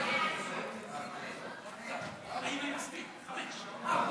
ההצעה להעביר את הצעת חוק שעות עבודה